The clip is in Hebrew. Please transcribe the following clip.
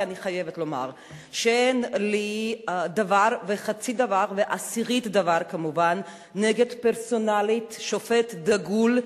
אין לי דבר וחצי דבר ועשירית דבר פרסונלית נגד שופט דגול,